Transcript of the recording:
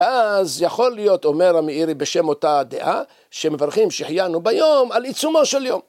אז יכול להיות אומר המאירי בשם אותה הדעה שמברכים שהחיינו ביום על עיצומו של יום.